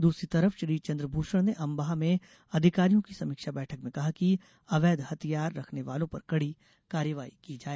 दूसरी तरफ श्री चन्द्रभूषण ने अम्बाह में अधिकारियों की समीक्षा बैठक में कहा कि अवैध हथियार रखने वालों पर कडी कार्यवाही की जाये